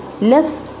less